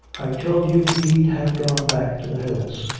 i told you he'd have gone back to the hills.